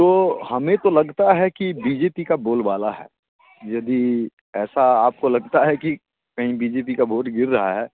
तो हमें तो लगता है कि बी जे पी का बोलबाला है यदि ऐसा आपको लगता है कि कहीं बी जे पी का वोट गिर रहा है